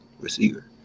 receiver